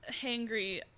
hangry